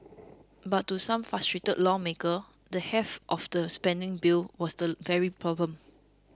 but to some frustrated lawmakers the heft of the spending bill was the very problem